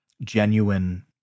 genuine